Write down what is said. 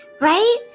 right